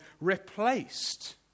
replaced